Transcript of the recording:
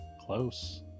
Close